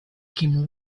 came